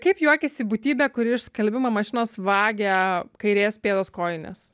kaip juokiasi būtybė kuri iš skalbimo mašinos vagia kairės pėdos kojines